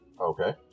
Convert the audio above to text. Okay